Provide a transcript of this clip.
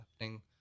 happening